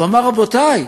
הוא אמר: רבותי,